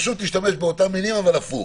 להשתמש באותן מילים אבל הפוך: